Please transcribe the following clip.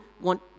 want